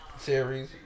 series